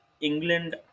England